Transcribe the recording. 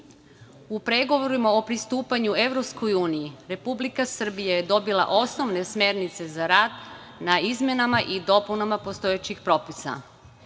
U pregovorima o pristupanju Evropskoj uniji Republika Srbija je dobila osnovne smernice za rad na izmenama i dopunama postojećih